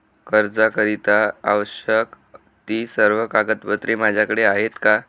कर्जाकरीता आवश्यक ति सर्व कागदपत्रे माझ्याकडे आहेत का?